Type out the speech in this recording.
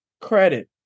credit